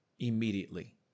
Immediately